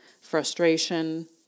frustration